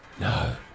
no